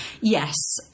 yes